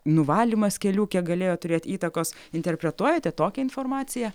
nuvalymas kelių kiek galėjo turėt įtakos interpretuojate tokią informaciją